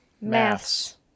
Maths